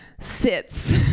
sits